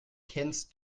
kennst